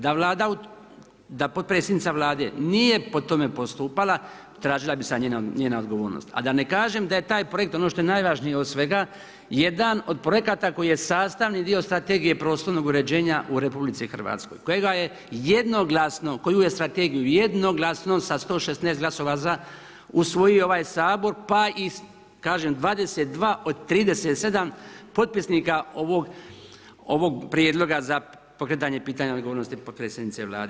Da potpredsjednica Vlade nije po tome postupala, tražila bi se njena odgovornost, a da ne kažem da je taj projekt, ono što je najvažnije od svega, jedan od projekata koji je sastavni dio strategije prostornog uređenja u RH, kojega je jednoglasno, koju je strategiju jednoglasno sa 116 glasova za usvojio ovaj Sabor, pa iz, kažem, 22 od 37 potpisnika ovog prijedloga za pokretanje pitanja odgovornosti potpredsjednice Vlade.